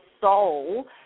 soul